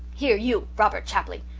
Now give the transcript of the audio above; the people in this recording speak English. here you, robert chapley,